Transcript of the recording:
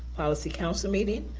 policy council meeting,